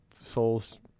souls